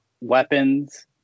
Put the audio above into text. weapons